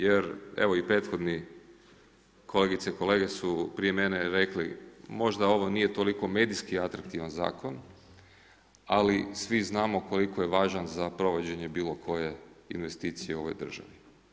Jer evo i prethodni kolegice i kolege su prije mene rekli, možda ovo nije toliko medijski atraktivan zakon ali svi znamo koliko je važan za provođenje bilokoje investicije u ovoj državi.